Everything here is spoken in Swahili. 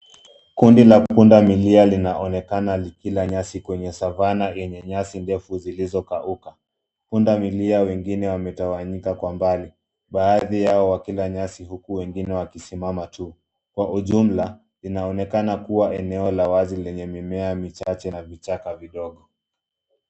Kundi la pundamilia linaonekana likila nyasi kwenye savana yenye nyesi ndefu zilizokauka. Pundamilia wengine wametawanyika kwa mbali, baadhi yao wakila nyasi huku wengine wakisimama tu. Kwa ujumla inaonekana kuwa eneo la wazi lenye mimea na vichaka vidogo.